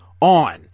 on